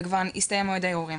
וכבר הסתיים מועד הערעורים.